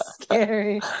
scary